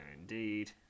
indeed